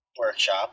workshop